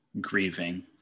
grieving